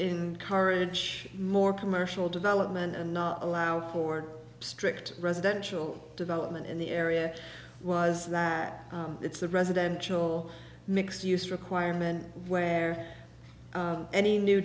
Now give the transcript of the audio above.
encourage more commercial development and not allow for strict residential development in the area was that it's the residential mixed use requirement where any new